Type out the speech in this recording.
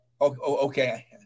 okay